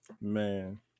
Man